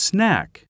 Snack